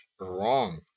wrong